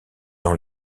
dans